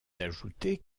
d’ajouter